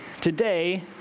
today